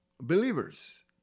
Believers